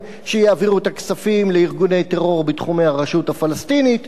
שיעבירו את הכספים לארגוני טרור בתחומי הרשות הפלסטינית.